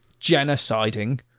genociding